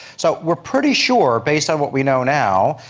so we're pretty sure, based on what we know now,